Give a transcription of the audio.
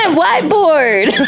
whiteboard